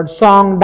song